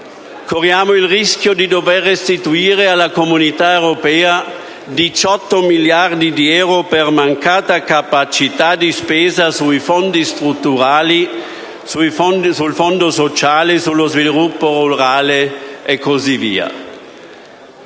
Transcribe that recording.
corriamo il rischio di dover restituire all'Unione europea 18 miliardi di euro per mancata capacità di spesa sui Fondi strutturali (sul Fondo sociale, sul Fondo per lo sviluppo rurale, e così via).